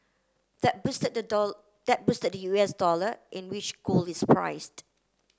that boosted the that boosted the U S dollar in which gold is priced